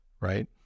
Right